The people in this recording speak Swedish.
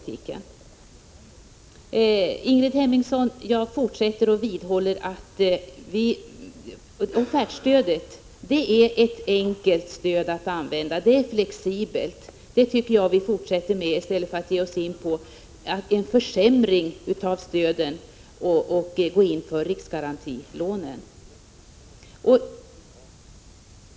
Till Ingrid Hemmingsson kan jag säga att jag vidhåller att offertstödet är ett enkelt och flexibelt stöd. Jag tycker att vi skall fortsätta med det i stället för att ge oss in på en försämring av stöden genom att gå in för riksgarantilånen.